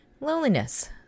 loneliness